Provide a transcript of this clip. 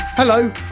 hello